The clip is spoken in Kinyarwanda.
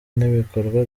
n’ibikorwa